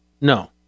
No